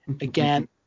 again